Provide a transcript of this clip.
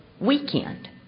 weekend